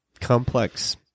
complex